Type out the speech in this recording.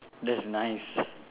that's nice